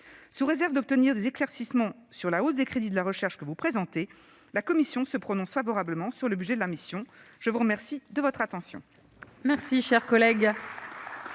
Sous réserve d'éclaircissements sur la hausse des crédits de la recherche que vous présentez, la commission se prononce favorablement sur le budget de la mission. La parole est à M.